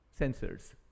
sensors